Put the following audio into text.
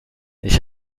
ich